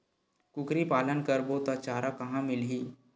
कुकरी पालन करबो त चारा कहां मिलही?